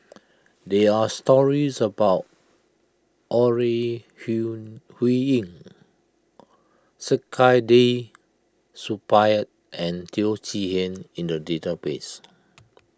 there are stories about Ore Huiying Saktiandi Supaat and Teo Chee Hean in the database